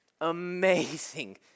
Amazing